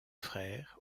frères